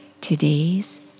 today's